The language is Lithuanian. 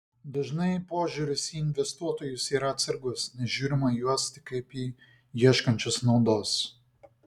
dažnai požiūris į investuotojus yra atsargus nes žiūrima į juos tik kaip į ieškančius naudos